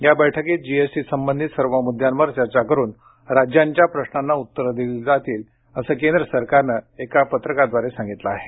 या बैठकीत जीएसटी संबंधी सर्व मुद्द्यांवर चर्चा करुन राज्यांच्या प्रश्नांना उत्तरं दिली जातील असं केंद्र सरकारनं एका पत्रकाद्वारे सांगितलं आहे